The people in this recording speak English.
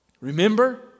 Remember